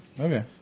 Okay